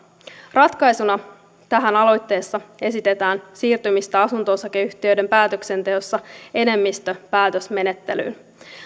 ratkaisuna tähän aloitteessa esitetään siirtymistä asunto osakeyhtiöiden päätöksenteossa enemmistöpäätösmenettelyyn